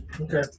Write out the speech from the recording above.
Okay